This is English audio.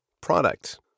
Product